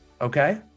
okay